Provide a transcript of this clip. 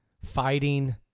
fighting